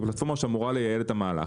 היא פלטפורמה שאמורה לייעל את המהלך,